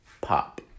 Pop